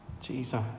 Jesus